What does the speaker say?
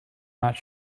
not